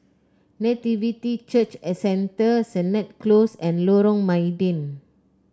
Nativity Church Centre Sennett Close and Lorong Mydin